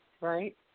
right